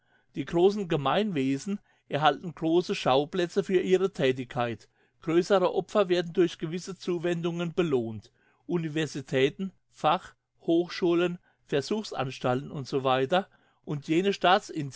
die grossen gemeinwesen erhalten grosse schauplätze für ihre thätigkeit grössere opfer werden durch gewisse zuwendungen belohnt universitäten fach hochschulen versuchsanstalten etc und jene